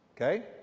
okay